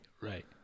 right